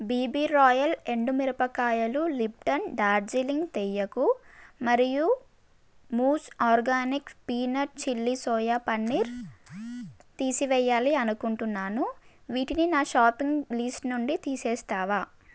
BB Royal ఎండు మిరపకాయలు Lipton Darjeeling తేయాకు మరియు మూజ్ organic peanut chilli soya paneer తీసివెయ్యాలి అనుకుంటున్నాను వాటిని నా షాపింగ్ లిస్ట్ నుండి తీసేస్తావా